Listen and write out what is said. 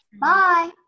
bye